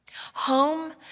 home